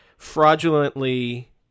fraudulently